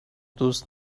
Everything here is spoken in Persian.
دوست